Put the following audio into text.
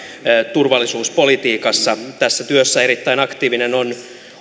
turvallisuuspolitiikassa tässä työssä erittäin aktiivinen on